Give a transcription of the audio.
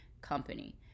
company